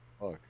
Fuck